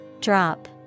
Drop